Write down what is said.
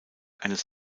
eines